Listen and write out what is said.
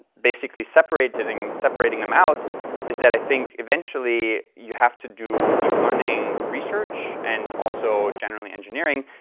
basically separating separating them out is that, i think, eventually, you have to do deep learning research and also general engineering.